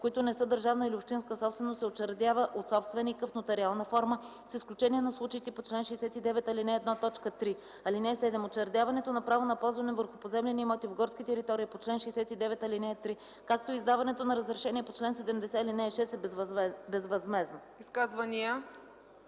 които не са държавна или общинска собственост, се учредява от собственика в нотариална форма, с изключение на случаите по чл. 69, ал. 1, т. 3. (7) Учредяването на право на ползване върху поземлени имоти в горски територии по чл. 69, ал. 3, както и издаването на разрешение по чл. 70, ал. 6 е безвъзмездно.”